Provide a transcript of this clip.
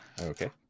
Okay